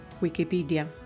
Wikipedia